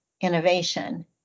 Innovation